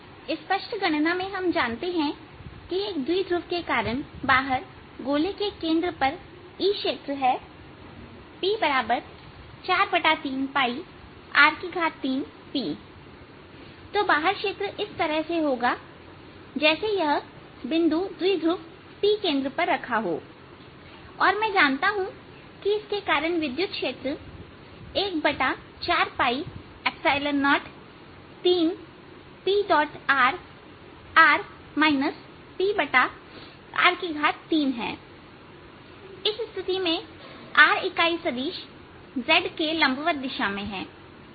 स्पष्ट गणना में हम जानते हैं कि एक द्विध्रुव के कारण बाहर गोले के केंद्र पर E क्षेत्र है P43R3Pहै तो बाहर क्षेत्र इस तरह से होगा जैसे यह बिंदु द्विध्रुव P केंद्र पर रखा हो और मैं जानता हूं कि इसके कारण विद्युत क्षेत्र 1403Prr Pr3है इस स्थिति में r इकाई सदिश z के लंबवत दिशा में है